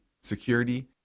security